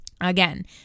Again